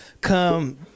come